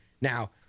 Now